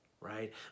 right